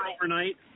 overnight